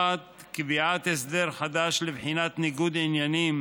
1. קביעת הסדר חדש לבחינת ניגוד עניינים